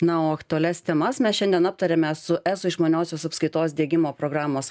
na o aktualias temas mes šiandien aptariame su eso išmaniosios apskaitos diegimo programos